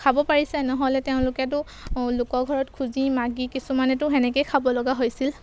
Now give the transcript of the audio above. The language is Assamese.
খাব পাৰিছে নহ'লে তেওঁলোকেতো লোকৰ ঘৰত খুজি মাগি কিছুমানেতো সেনেকৈয়ে খাব লগা হৈছিল